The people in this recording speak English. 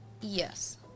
yes